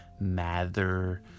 Mather